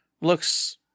looks